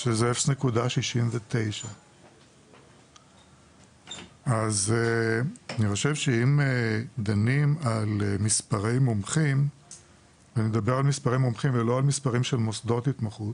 ששם זה 0.69. אז אם דנים על מספר מומחים ולא על מספרים של מוסדות התמחות